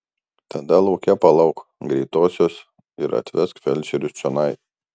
tada lauke palauk greitosios ir atvesk felčerius čionai